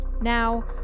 Now